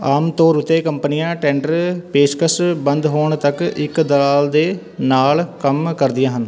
ਆਮ ਤੌਰ ਉੱਤੇ ਕੰਪਨੀਆਂ ਟੈਂਡਰ ਪੇਸ਼ਕਸ਼ ਬੰਦ ਹੋਣ ਤੱਕ ਇੱਕ ਦਲਾਲ ਦੇ ਨਾਲ ਕੰਮ ਕਰਦੀਆਂ ਹਨ